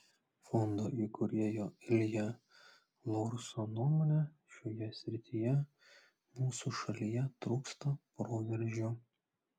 fondo įkūrėjo ilja laurso nuomone šioje srityje mūsų šalyje trūksta proveržio